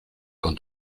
con